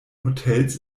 hotels